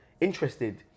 interested